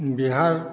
Bihar